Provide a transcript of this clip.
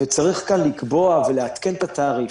וצריך כאן לקבוע ולעדכן את התעריף.